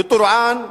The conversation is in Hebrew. בטורעאן,